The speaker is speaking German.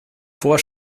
vor